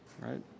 right